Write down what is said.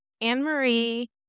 Anne-Marie